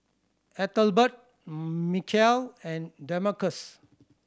Ethelbert Michial and Damarcus